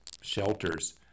shelters